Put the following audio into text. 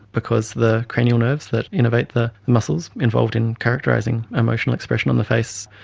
because the cranial nerves that innovate the muscles involved in characterising emotional expression on the face,